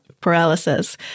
paralysis